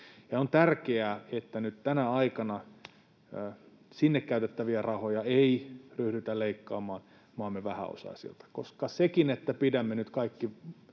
on tärkeää, että nyt tänä aikana sinne käytettäviä rahoja ei ryhdytä leikkaamaan maamme vähäosaisilta, koska sekin, että pidämme nyt kaikki